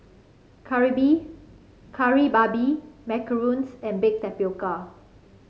kari Kari Babi macarons and Baked Tapioca